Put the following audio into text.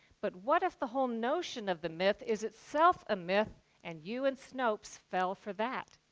but what if the whole notion of the myth is itself a myth, and you and snopes fell for that?